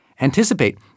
anticipate